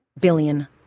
billion